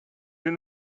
you